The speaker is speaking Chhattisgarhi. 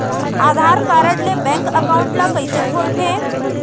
आधार कारड ले बैंक एकाउंट ल कइसे खोलथे?